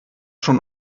schon